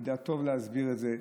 הוא ידע להסביר את זה טוב,